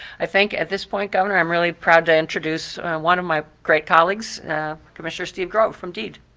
i think at this point, governor, i'm really proud to introduce one of my great colleagues commissioner steve grove from deed?